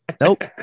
Nope